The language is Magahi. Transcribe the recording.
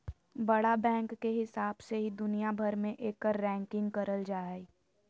बड़ा बैंक के हिसाब से ही दुनिया भर मे एकर रैंकिंग करल जा हय